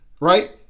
right